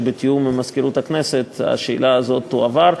שבתיאום עם מזכירות הכנסת השאלה הזאת תועבר,